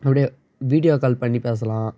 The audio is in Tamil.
அப்டியே வீடியோ கால் பண்ணி பேசலாம்